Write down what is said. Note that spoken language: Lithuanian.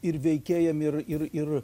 ir veikėjam ir ir ir